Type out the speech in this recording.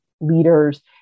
leaders